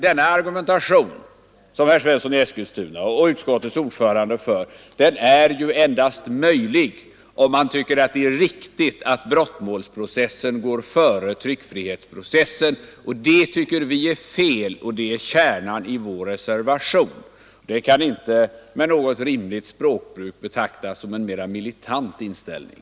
Den argumentation som herr Svensson i Eskilstuna och utskottets ordförande för är endast möjlig, om man tycker att det är riktigt att brottmålsprocessen går före tryckfrihetsprocessen. Vi tycker att det är fel, och detta är kärnan i vår reservation. Det kan inte med något rimligt språkbruk betraktas såsom en mer militant inställning.